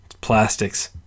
plastics